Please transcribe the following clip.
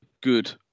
good